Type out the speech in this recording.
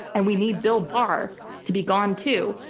and we need bill barr to be gone too.